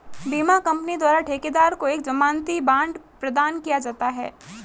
बीमा कंपनी द्वारा ठेकेदार को एक जमानती बांड प्रदान किया जाता है